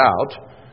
out